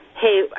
hey